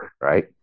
right